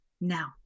now